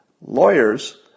lawyers